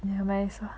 never mind lah